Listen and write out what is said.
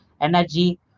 energy